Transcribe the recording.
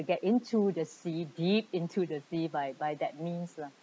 to get into the sea deep into the sea but by that means lah